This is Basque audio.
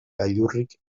gailurrik